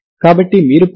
కాబట్టి మీరు పొందేది ఇదే